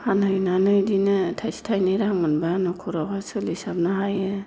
फानहैनानै बिदिनो थाइसे थाइनै रां मोनबा न'खरावहाय सोलिसाबनो हायो